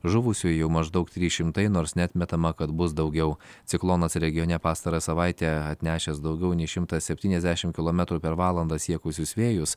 žuvusiųjų maždaug trys šimtai nors neatmetama kad bus daugiau ciklonas regione pastarąją savaitę atnešęs daugiau nei šimtą septyniasdešim kilometrų per valandą siekusius vėjus